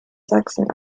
sachsen